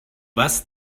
was